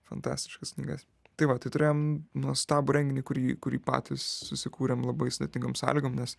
fantastiškas knygas tai va tai turėjom nuostabų renginį kurį kurį patys susikūrėm labai sudėtingom sąlygom nes